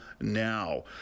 now